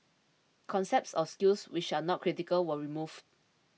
concepts or skills which are not critical were removed